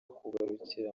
kugarukira